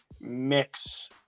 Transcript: mix